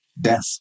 death